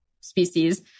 species